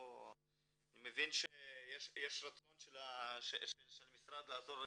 אני מבין שיש רצון של המשרד לעזור,